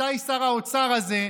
מתי שר האוצר הזה,